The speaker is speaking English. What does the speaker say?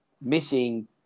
missing